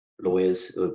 lawyers